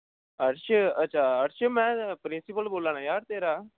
अर्श अच्छा अर्श में प्रिंसिपल बोला दा यार तेरा